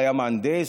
היה מהנדס,